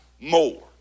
more